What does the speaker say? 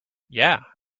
yeah